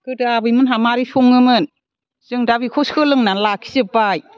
गोदो आबै मोनहा माबोरै सङोमोन जों दा बेखौ सोलोंनानै लाखिजोब्बाय